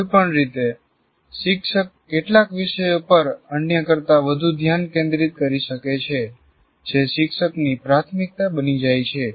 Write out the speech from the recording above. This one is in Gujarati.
કોઈપણ રીતે શિક્ષક કેટલાક વિષયો પર અન્ય કરતા વધુ ધ્યાન કેન્દ્રિત કરી શકે છે જે શિક્ષકની પ્રાથમિકતા બની જાય છે